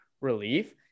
relief